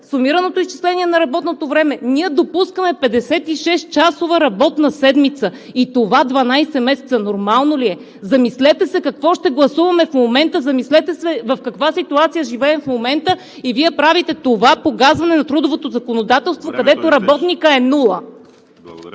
сумираното изчисление на работното време, допускаме 56-часова работна седмица. И това за 12 месеца нормално ли е? Замислете се какво ще гласуваме в момента, замислете се в каква ситуация живеем в момента, а Вие правите това погазване на трудовото законодателство, където работникът е нула!